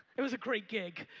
it was a great gig.